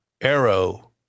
arrow